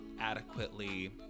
adequately